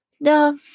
no